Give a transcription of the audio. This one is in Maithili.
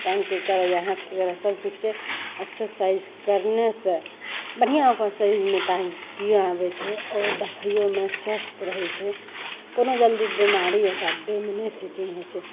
टाँगके करऽ या हाथके करऽ सब किछुके एक्सरसाइज करने से बढ़िआँ ओकर शरीरमे ताकतिओ आबय छै आओर देखैयोमे स्वस्थ रहय छै कोनो जल्दी बीमारी ओकरा देहमे नहि सेटिंग होइ छै